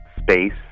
space